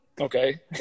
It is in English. Okay